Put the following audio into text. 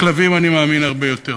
בכלבים אני מאמין הרבה יותר.